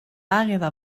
àgueda